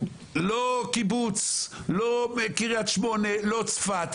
לא קיבוץ, לא קריית שמונה, לא צפת.